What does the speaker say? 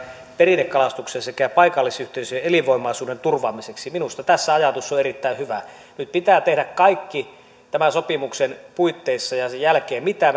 perinnekalastuksen sekä paikallisyhteisöjen elinvoimaisuuden turvaamiseksi minusta tässä ajatus on erittäin hyvä nyt pitää tehdä tämän sopimuksen puitteissa ja sen jälkeen kaikki mitä